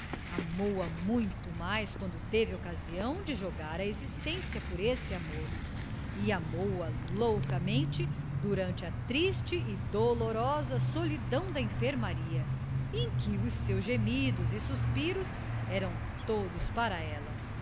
amou a muito mais quando teve ocasião de jogar a existência por esse amor e amou a loucamente durante a triste e dolorosa solidão da enfermaria em que os seus gemidos e suspiros eram todos para ela